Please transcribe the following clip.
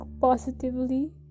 positively